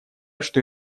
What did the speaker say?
что